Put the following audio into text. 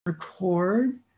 record